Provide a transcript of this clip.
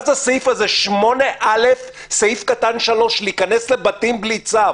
מה זה הסעיף הזה 8(א)(3), להיכנס לבתים בלי צו?